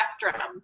spectrum